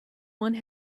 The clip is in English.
one